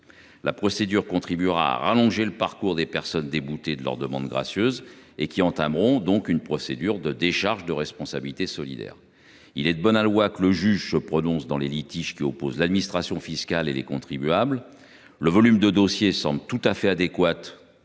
La procédure contribuera à rallonger le parcours des personnes déboutées de leur demande gracieuse, qui entameront donc une procédure de décharge de responsabilité solidaire. Il est de bon aloi que le juge se prononce lors des litiges qui opposent l’administration fiscale et les contribuables. Le volume de dossiers à traiter semble tout à fait adéquat